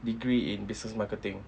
degree in business marketing